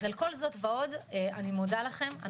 אז על כל זאת ועוד אני מודה לכם.